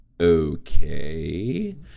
Okay